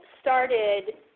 started